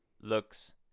looks